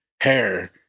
hair